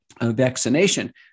vaccination